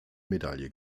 medaille